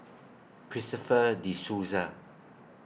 Christopher De Souza